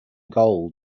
goal